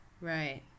Right